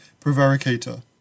prevaricator